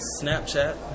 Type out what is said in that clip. snapchat